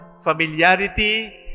familiarity